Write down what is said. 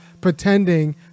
pretending